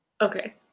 Okay